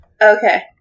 okay